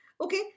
okay